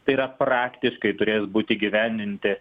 tai yra praktiškai turės būt įgyvendinti